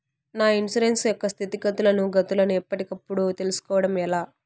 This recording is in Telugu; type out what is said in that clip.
నా ఇన్సూరెన్సు యొక్క స్థితిగతులను గతులను ఎప్పటికప్పుడు కప్పుడు తెలుస్కోవడం ఎలా?